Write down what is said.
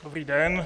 Dobrý den.